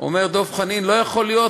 אומר דב חנין: לא יכול להיות,